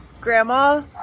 Grandma